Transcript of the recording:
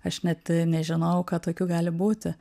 aš net nežinojau kad tokių gali būti